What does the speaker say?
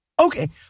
Okay